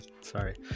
sorry